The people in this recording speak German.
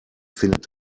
findet